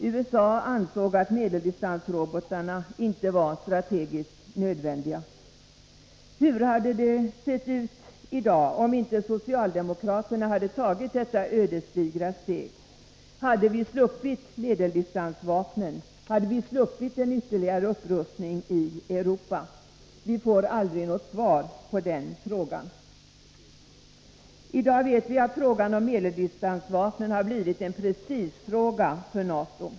USA ansåg att medeldistansrobotarna inte var strategiskt nödvändiga. Hur hade det sett ut i dag om inte socialdemokraterna hade tagit detta ödesdigra steg? Hade vi sluppit medeldistansvapnen och en ytterligare upprustning i Europa? Vi får aldrig något svar på den frågan. I dag vet vi att frågan om medeldistansvapnen har blivit en prestigefråga för NATO.